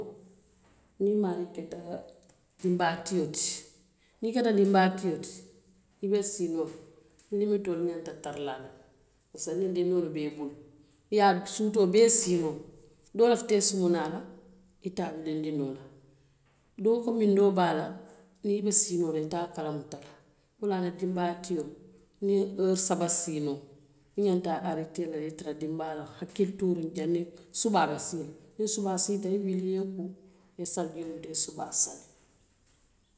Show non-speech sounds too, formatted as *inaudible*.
*unintelligible* ineeri katireere.